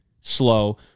slow